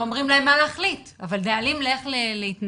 לא אומרים להם מה להחליט אבל נהלים איך להתנהל,